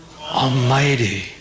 Almighty